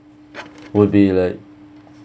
would be like